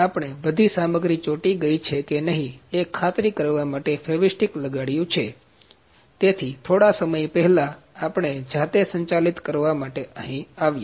આપણે બધી સામગ્રી ચોંટી ગઈ કે નહીં એ ખાતરી કરવા માટે ફેવીસ્ટીક લગાડ્યું છે તેથી થોડા સમય પહેલા આપણે જાતે સંચાલિત કરવા માટે અહીં આવ્યા